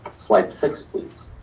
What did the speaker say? slide six, please.